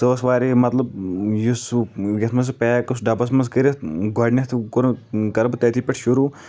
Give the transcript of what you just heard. سۄ ٲسۍ واریاہ یہِ مطلب یُس ہُہ یتھ منٛز پیک اوس ڈبس منٛز کٔرتھ گۄڈٕنٮ۪تھ کوٚر کرٕ بہٕ تتی پٮ۪ٹھ شروٗع